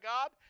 God